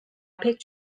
pek